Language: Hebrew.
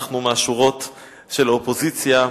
אנחנו מהשורות של האופוזיציה,